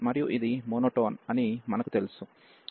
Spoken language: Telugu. మరియు ఇది మోనోటోన్ అని మనకు తెలుసు మరియు ఇది కూడా 0 కి చేరుకుంటుంది